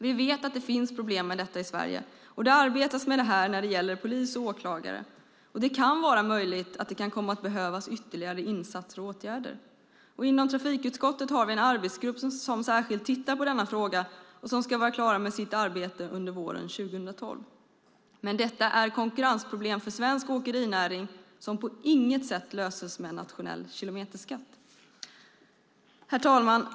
Vi vet att det finns problem med detta i Sverige och det arbetas med det hos polis och åklagare. Det är möjligt att det kan komma att behövas ytterligare insatser och åtgärder. Inom trafikutskottet har vi en arbetsgrupp som särskilt tittar på denna fråga och som ska vara klar med sitt arbete under våren 2012. Men detta är ett konkurrensproblem för svensk åkerinäring som på inget sätt löses med en nationell kilometerskatt. Herr talman!